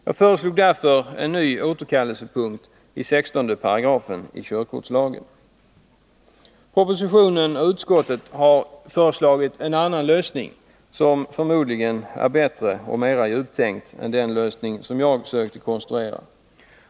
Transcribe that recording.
Jag föreslår därför en ny återkallelsepunkt i 16 § körkortslagen. Propositionen och utskottet har föreslagit en annan lösning som förmodligen är bättre och mera djuptänkt än den lösning som jag försökt konstruera.